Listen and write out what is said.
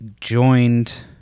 joined